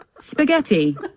spaghetti